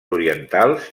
orientals